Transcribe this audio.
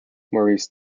maurice